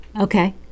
Okay